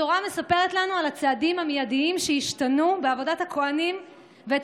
התורה מספרת לנו על הצעדים המיידיים שהשתנו בעבודת הכוהנים ועל